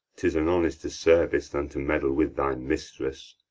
tis an honester service than to meddle with thy mistress.